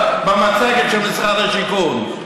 במצגת של משרד השיכון.